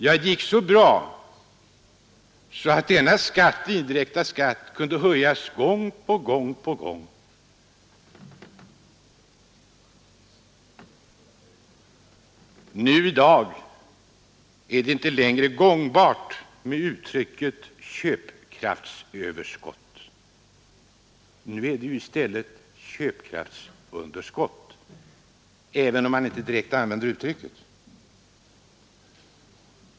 Ja, det gick så bra att den indirekta skatten har kunnat höjas gång på gång. Nu är det inte längre gångbart med ”köpkraftsöverskott”. Nu är det fråga om ”köpkraftsunderskott”, även om man inte använder det uttrycket.